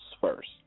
first